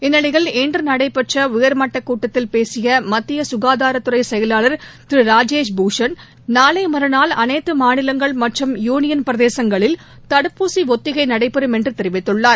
இந்நிலையில் இன்றுநடைபெற்றஉயர்மட்டக் கட்டத்தில் பேசியமத்தியசுகாதாரத்துறைசெயலாளர் திருராஜேஷ் பூஷன் நாளைமறுநாள் அனைத்தமாநிலங்கள் மற்றும் யூளியன் பிரதேசங்களில் தடுப்பூசிஒத்திகைநடைபெறும் என்றுதெரிவித்துள்ளார்